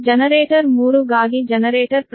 generator 3 ಗಾಗಿ generator ಪ್ರತಿರೋಧವನ್ನು ನೀಡಲಾಗಿದೆ